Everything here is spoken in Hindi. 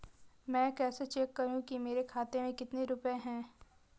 मैं कैसे चेक करूं कि मेरे खाते में कितने रुपए हैं?